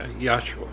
Yahshua